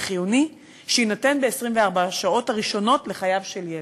וחיוני שיינתן ב-24 השעות הראשונות לחייו של ילד.